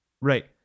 Right